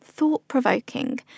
thought-provoking